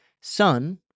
Son